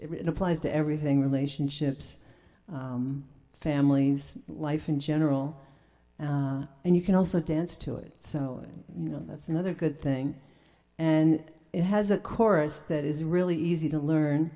it applies to everything relationships families life in general and you can also dance to it so you know that's another good thing and it has a chorus that is really easy to learn